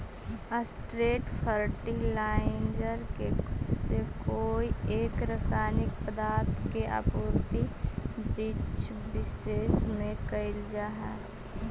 straight fertiliser से कोई एक रसायनिक पदार्थ के आपूर्ति वृक्षविशेष में कैइल जा हई